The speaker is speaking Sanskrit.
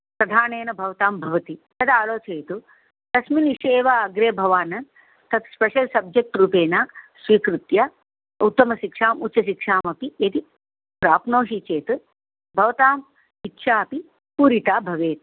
प्रधानेन भवतां भवति तद् आलोचयतु तस्मिन् विषये एव अग्रे भवान् तत् स्पेषल् सब्जेक्ट् रूपेण स्वीकृत्य उत्तमशिक्षाम् उच्चशिक्षामपि यदि प्राप्नोषि चेत् भवताम् इच्छापि पूरिता भवेत्